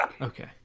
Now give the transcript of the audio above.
Okay